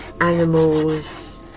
animals